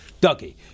Dougie